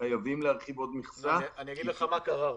וחייבים להרחיב עוד מכסה --- אני אגיד לך מה קרה,